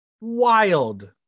wild